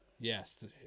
yes